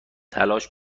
تلاش